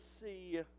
see